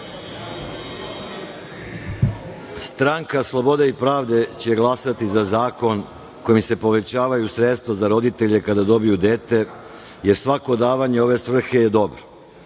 Stranka slobode i pravde će glasati za zakon kojim se povećavaju sredstva za roditelje kada dobiju dete, jer svako davanje u ove svrhe je dobro.